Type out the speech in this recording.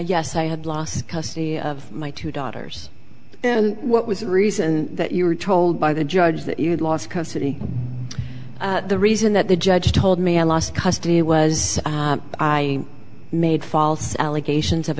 yes i had lost custody of my two daughters and what was the reason that you were told by the judge that you'd lost custody the reason that the judge told me i lost custody was i made false allegations of